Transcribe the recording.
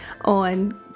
on